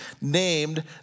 named